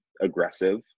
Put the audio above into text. aggressive